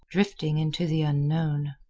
drifting into the unknown.